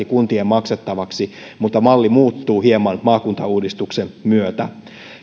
kuntien maksettavaksi mutta malli muuttuu hieman maakuntauudistuksen myötä